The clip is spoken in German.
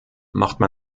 machte